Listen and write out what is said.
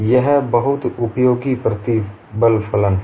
यह बहुत उपयोगी प्रतिबल फलन है